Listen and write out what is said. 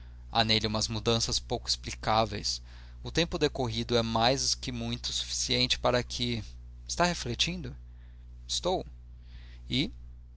há nele umas mudanças pouco explicáveis o tempo decorrido é mais que muito suficiente para que está refletindo estou